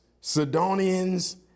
Sidonians